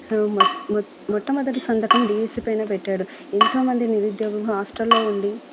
మొ మొట్టమొదటి సంతకం డిఎస్సి పైన పెట్టాడు ఎంతోమంది నిరుద్యోగులు హాస్టల్లో ఉండి